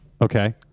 Okay